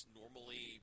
normally